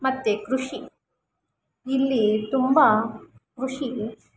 ಮತ್ತು ಕೃಷಿ ಇಲ್ಲಿ ತುಂಬ ಕೃಷಿ